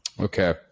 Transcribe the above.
Okay